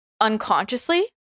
unconsciously